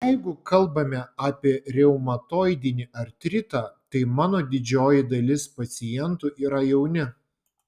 jeigu kalbame apie reumatoidinį artritą tai mano didžioji dalis pacientų yra jauni